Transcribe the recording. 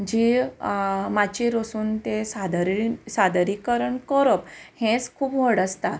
जे माचयेर वसून ते सादर सादरीकरण करप हेंच खूब व्हड आसता